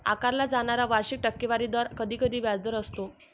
आकारला जाणारा वार्षिक टक्केवारी दर कधीकधी व्याजदर असतो